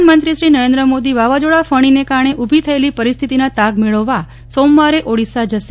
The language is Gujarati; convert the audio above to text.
પ્રધાનમંત્રીશ્રી નરેન્દ્ર મોદી વાવાઝોડા ફણીને કારણે ઉભી થયેલી પરિસ્થિતિના તાગ મેળવવા સોમવારે ઓડીશા જશે